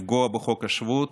לפגוע בחוק השבות